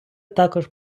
також